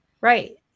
Right